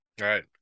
Right